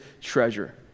treasure